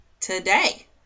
today